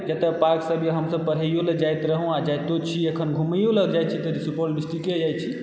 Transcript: जतए पार्कसभ भी यऽ हमसभ पढ़िओ लऽ जाइत रहुँ आ जाइतो छी अखन घुमइओ लऽ जाइत छी तऽ सुपौल डिस्ट्रिक्टे जाइत छी